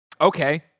okay